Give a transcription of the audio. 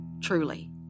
truly